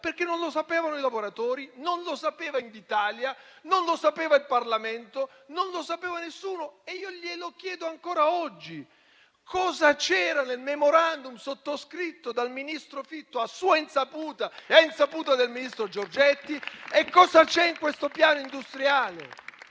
Non lo sapevano i lavoratori, non lo sapeva Invitalia, non lo sapeva il Parlamento, non lo sapeva nessuno. Glielo chiedo ancora oggi: cosa c'era nel *memorandum* sottoscritto dal ministro Fitto a sua insaputa e a insaputa del ministro Giorgetti? E cosa c'è in questo piano industriale?